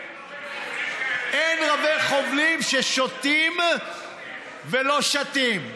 אין הרבה חובלים כאלה ששטים ולא שותים.